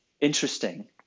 interesting